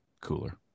cooler